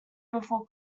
before